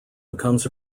becomes